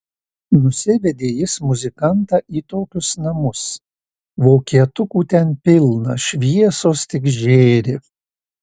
nusivedė jis muzikantą į tokius namus vokietukų ten pilna šviesos tik žėri